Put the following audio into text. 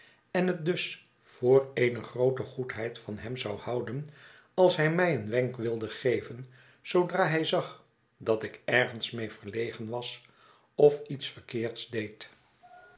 en het dus voor eene groote goedheid van hem zou houden als hij mij een wenk wildegeven zoodra hij zag dat ik ergens mee verlegen was of iets verkeerds deed